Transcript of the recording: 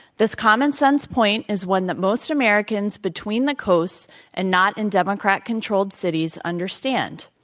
this common sense point is one that most americans between the coasts and not in democrat controlled cities understand.